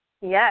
yes